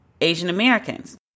Asian-Americans